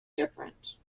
different